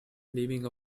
leaving